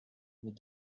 with